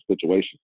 situation